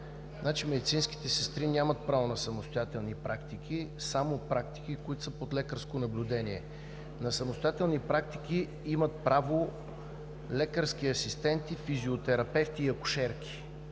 медицинските сестри нямат право на самостоятелни практики, а само на практики, които са под лекарско наблюдение. На самостоятелни практики имат право лекарски асистенти, физиотерапевти и акушерки.